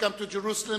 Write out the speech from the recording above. welcome to Jerusalem,